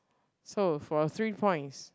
so for three points